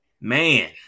Man